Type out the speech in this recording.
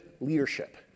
leadership